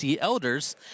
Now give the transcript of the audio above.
Elders